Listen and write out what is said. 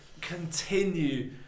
continue